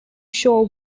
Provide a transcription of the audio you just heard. show